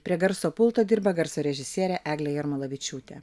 prie garso pulto dirba garso režisierė eglė jarmalavičiūtė